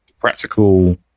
practical